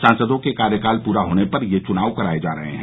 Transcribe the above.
सांसदों के कार्यकाल पूरा होने पर ये चुनाव कराए जा रहे हैं